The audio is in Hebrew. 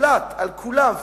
flat על כולם,